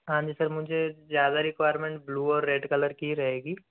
हाँ जी सर मुझे ज़्यादा रिक्वायरमेन्ट ब्लू और रेड कलर की ही रहेगी